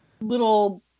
little